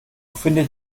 findet